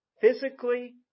physically